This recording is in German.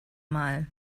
mal